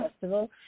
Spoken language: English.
festival